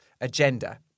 agenda